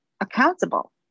accountable